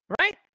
right